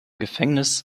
gefängnis